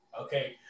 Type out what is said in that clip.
Okay